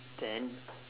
then